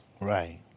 Right